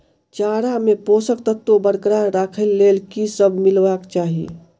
चारा मे पोसक तत्व बरकरार राखै लेल की सब मिलेबाक चाहि?